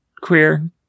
queer